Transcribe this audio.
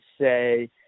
say